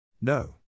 No